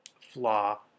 flaw